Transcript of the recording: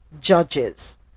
judges